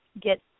get